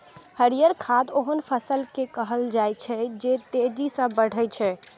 हरियर खाद ओहन फसल कें कहल जाइ छै, जे तेजी सं बढ़ै छै